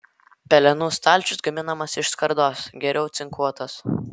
pelenų stalčius gaminamas iš skardos geriau cinkuotos